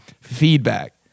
feedback